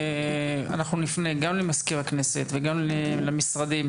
אנחנו נפנה גם למזכיר הכנסת וגם למשרדים.